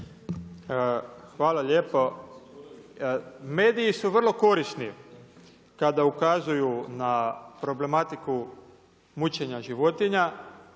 Hvala lijepo. Mediji su vrlo korisni kada ukazuju na problematiku mučenja životinja